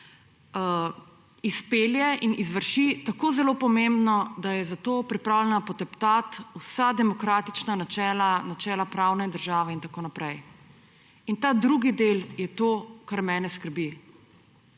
izpelje in izvrši, tako zelo pomembno, da je pripravljena poteptati vsa demokratična načela, načela pravne države in tako naprej. In ta drugi del je to, kar mene skrbi.